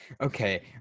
Okay